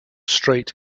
straight